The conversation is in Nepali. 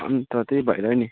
अन्त त्यही भएर नि